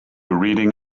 reading